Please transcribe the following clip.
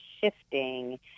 shifting